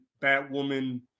Batwoman